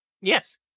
Yes